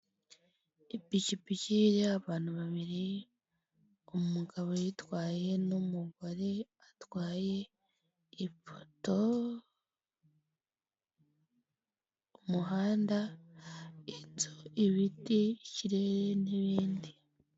Ipikipiki iriho abantu babiri, umugabo uyitwaye n'umugore atwaye, ipoto, umuhanda, inzu, ibiti, ikirere n'ibindi.